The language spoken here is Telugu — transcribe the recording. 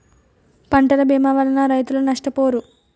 పంటల భీమా వలన రైతులు నష్టపోరు